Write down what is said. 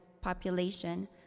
population